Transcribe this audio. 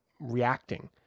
reacting